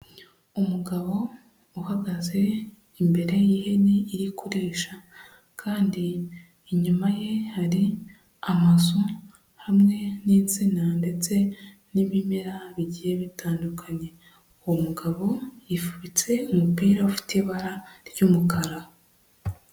Umugabo uhagaze imbere y'ihene iri kurisha, kandi inyuma ye hari amazu hamwe n'intsina ndetse n'ibimera bigiye bitandukanye; uwo mugabo yifubitse umupira ufite ibara ry'umukara.